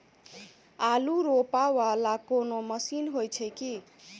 आलु रोपा वला कोनो मशीन हो छैय की?